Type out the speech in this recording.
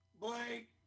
Blake